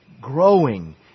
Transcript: growing